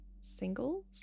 singles